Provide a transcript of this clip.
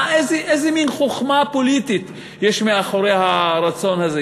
איזה מין חוכמה פוליטית יש מאחורי הרצון הזה?